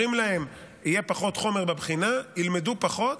אומרים להם שיהיה פחות חומר בבחינה, ילמדו פחות,